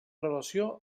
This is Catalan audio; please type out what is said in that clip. relació